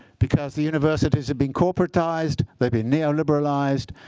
because the universities have been corporatized. they've been neoliberalized.